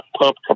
pump